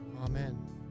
Amen